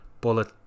bullet